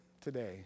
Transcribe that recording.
today